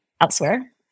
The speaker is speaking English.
elsewhere